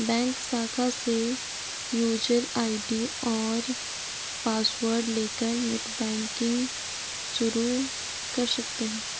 bank शाखा से user ID और पॉसवर्ड लेकर नेटबैंकिंग शुरू कर सकते है